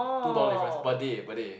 two dollar difference per day per day